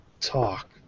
talk